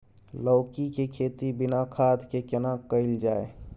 लौकी के खेती बिना खाद के केना कैल जाय?